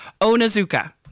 Onazuka